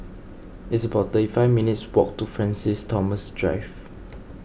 it's about thirty five minutes' walk to Francis Thomas Drive